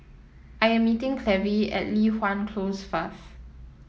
I am meeting Clevie at Li Hwan Close first